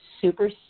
super